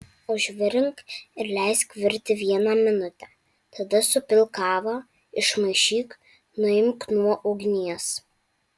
užvirink ir leisk virti vieną minutę tada supilk kavą išmaišyk nuimk nuo ugnies